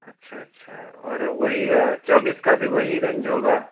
अच्छा अच्छा और वही चौबीस की भी वही रेंज होगी